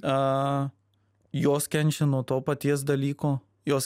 a jos kenčia nuo to paties dalyko jos